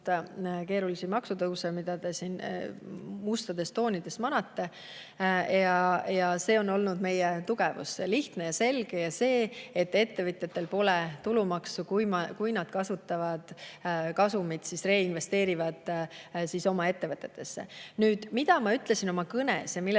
keerulisi maksutõuse, mida te siin mustades toonides manate. Ja see on olnud meie tugevus: lihtne ja selge ja see, et ettevõtjatel pole tulumaksu, kui nad kasutavad kasumit reinvesteerimiseks oma ettevõtetesse. Nüüd, mida ma ütlesin oma kõnes ja milles